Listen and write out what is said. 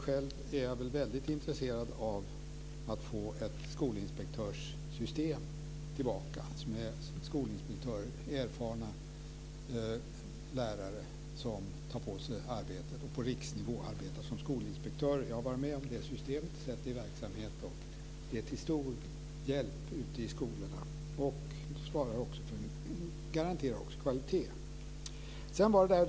Själv är jag väldigt intresserad av att få tillbaka ett skolinspektörssystem med erfarna lärare som tar på sig uppgiften att på riksnivå arbeta som skolinspektörer. Jag har sett det systemet i verksamhet. Det skulle vara till stor hjälp ute i skolorna och garanterar också kvalitet.